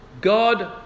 God